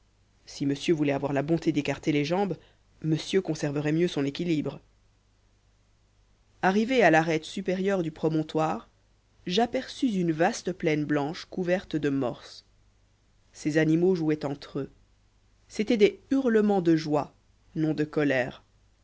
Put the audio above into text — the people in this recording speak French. si monsieur voulait avoir la bonté d'écarter les jambes monsieur conserverait mieux son équilibre arrivé à l'arête supérieure du promontoire j'aperçus une vaste plaine blanche couverte de morses ces animaux jouaient entre eux c'étaient des hurlements de joie non de colère